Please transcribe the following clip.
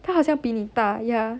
他好像比你大 ya